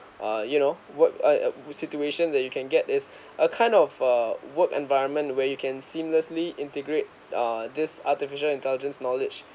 uh you know what a a situation that you can get is a kind of uh work environment where you can seamlessly integrate err this artificial intelligence knowledge